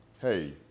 Hey